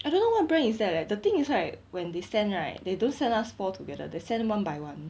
I don't know what brand is that leh the thing is right when they send right they don't send us four together they send one by one